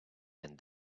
and